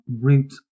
root